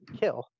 kill